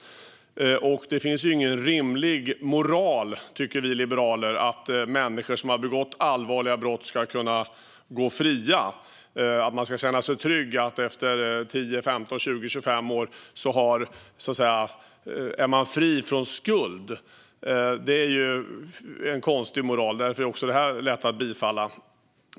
Det finns ingen rimlig moral, tycker vi liberaler, att människor som har begått allvarliga brott ska kunna gå fria och känna sig trygga efter 10, 15, 20, 25 år och så att säga vara fria från skuld. Det är en konstig moral. Därför är också detta lätt att bifalla.